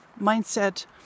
mindset